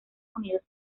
unidos